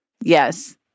yes